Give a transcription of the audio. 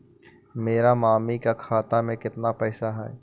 मेरा मामी के खाता में कितना पैसा हेउ?